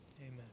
Amen